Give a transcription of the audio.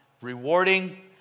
rewarding